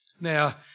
Now